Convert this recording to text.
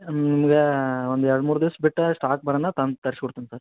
ನಿಮ್ಗೆ ಒಂದು ಎರಡು ಮೂರು ದಿವ್ಸ ಬಿಟ್ಟು ಸ್ಟಾಕ್ ಬರೋಣ ತಂದು ತರ್ಸ್ಕೊಡ್ತೀನ್ ಸರ್